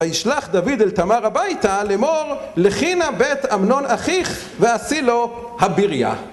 וישלח דוד אל תמר הביתה לאמור לכי נא בית אמנון אחיך ועשי לו הביריה